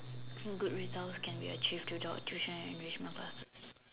good results can be achieved without tuition and enrichment classes